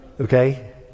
Okay